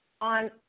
on